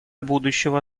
будущего